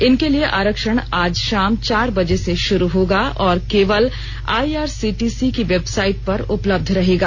इनके लिए आरक्षण आज शाम चार बजे से शुरू होगा और केवल आईआरसीटीर्सी की वेबसाइट पर उपलब्ध रहेगा